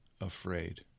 afraid